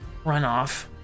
runoff